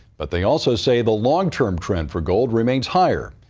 but they also say the long-term trend for gold remains higher.